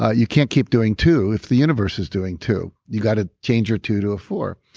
ah you can't keep doing two if the universe is doing two. you've got to change or two to a four,